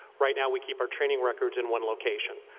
right now, we keep our training records in one location.